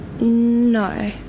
No